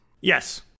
yes